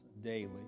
daily